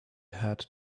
had